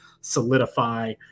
solidify